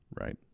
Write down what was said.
Right